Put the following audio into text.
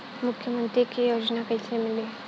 मुख्यमंत्री के योजना कइसे मिली?